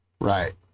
Right